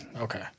Okay